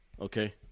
okay